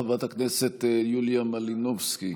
חברת הכנסת יוליה מלינובסקי,